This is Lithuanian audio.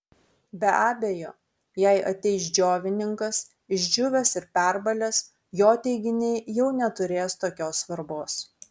be abejo jei ateis džiovininkas išdžiūvęs ir perbalęs jo teiginiai jau neturės tokios svarbos